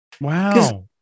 wow